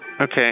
Okay